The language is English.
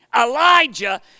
Elijah